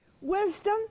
Wisdom